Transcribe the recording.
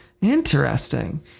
Interesting